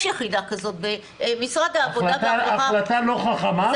יחידה כזאת במשרד העבודה --- זו החלטה לא חכמה.